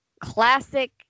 classic